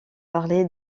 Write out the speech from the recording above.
parlé